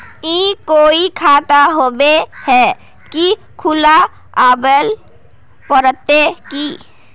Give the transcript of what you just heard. ई कोई खाता होबे है की खुला आबेल पड़ते की?